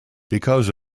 because